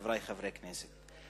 חברי חברי הכנסת,